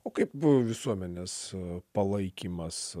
o kaip visuomenės palaikymas